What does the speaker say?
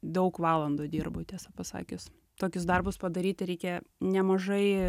daug valandų dirbu tiesą pasakius tokius darbus padaryti reikia nemažai